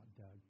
Doug